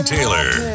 Taylor